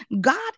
God